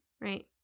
Right